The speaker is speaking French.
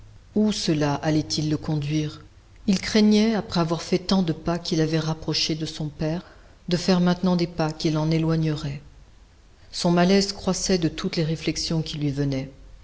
où cela allait-il le conduire il craignait après avoir fait tant de pas qui l'avaient rapproché de son père de faire maintenant des pas qui l'en éloigneraient son malaise croissait de toutes les réflexions qui lui venaient